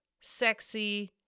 sexy